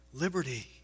liberty